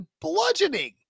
bludgeoning